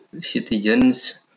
citizens